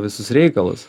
visus reikalus